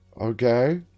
Okay